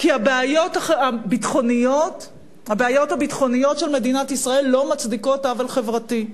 כי הבעיות הביטחוניות של מדינת ישראל לא מצדיקות עוול חברתי.